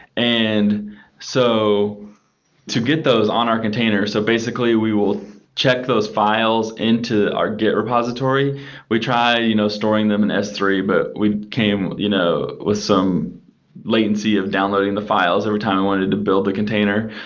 and so to get those on our container, so basically we will check those files into our git repository. we try you know storing them in s three, but we came you know with some latency of downloading the files every time we wanted to build the container.